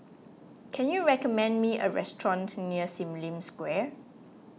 can you recommend me a restaurant near Sim Lim Square